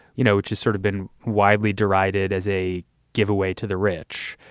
you know, which has sort of been widely derided as a giveaway to the rich.